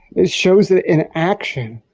it shows it in action.